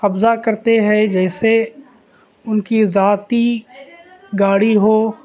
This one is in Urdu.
قبضہ کرتے ہے جیسے ان کی ذاتی گاڑی ہو